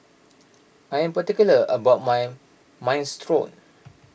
I am particular about my Minestrone